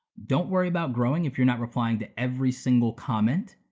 don't worry about growing if you're not replying to every single comment,